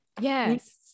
Yes